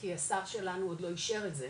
כי השר שלנו עוד לא אישר את זה,